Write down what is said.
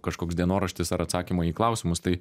kažkoks dienoraštis ar atsakymai į klausimus tai